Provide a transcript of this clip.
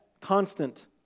constant